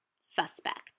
suspect